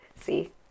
See